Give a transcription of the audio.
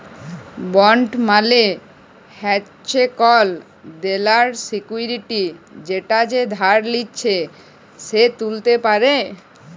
bond মালে হচ্যে কল দেলার সিকুইরিটি যেটা যে ধার লিচ্ছে সে ত্যুলতে পারে